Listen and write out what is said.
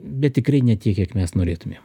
bet tikrai ne tiek kiek mes norėtumėm